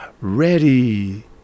ready